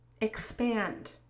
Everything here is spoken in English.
Expand